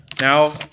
Now